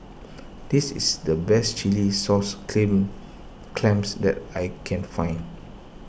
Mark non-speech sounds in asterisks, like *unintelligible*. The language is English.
this is the best Chilli Sauce *unintelligible* Clams that I can find